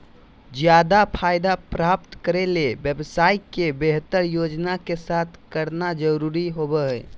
ज्यादा फायदा प्राप्त करे ले व्यवसाय के बेहतर योजना के साथ करना जरुरी होबो हइ